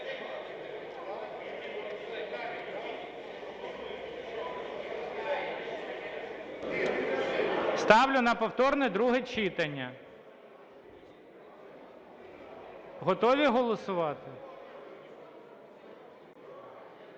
Ставлю на повторне друге читання. Готові голосувати?